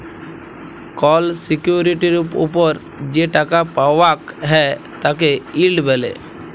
call সিকিউরিটির ওপর যে টাকা পাওয়াক হ্যয় তাকে ইল্ড ব্যলে